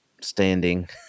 standing